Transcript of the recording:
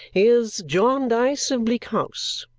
is jarndyce of bleak house.